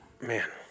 man